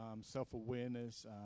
self-awareness